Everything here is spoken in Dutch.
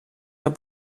naar